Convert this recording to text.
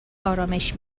آرامش